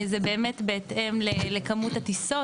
זה בהתאם לכמות הטיסות,